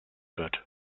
wird